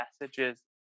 messages